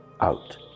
out